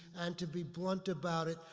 and to be blunt about it,